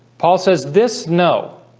paul says this no